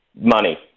Money